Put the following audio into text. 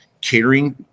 catering